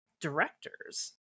directors